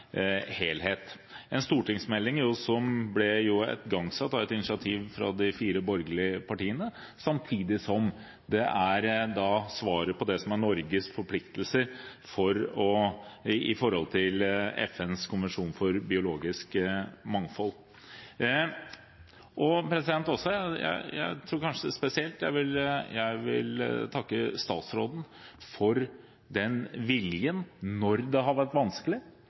helhet. Stortingsmeldingen ble jo igangsatt etter et initiativ fra de fire borgerlige partiene, samtidig som det da er svaret på Norges forpliktelser i henhold til FNs konvensjon for biologisk mangfold. Jeg tror kanskje spesielt jeg vil takke statsråden for viljen, når det har vært vanskelig,